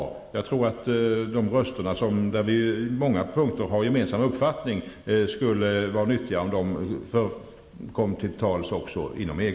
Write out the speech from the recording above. Jag tror att det skulle vara nyttigare om vi fick framföra våra gemensamma uppfattningar inom EG.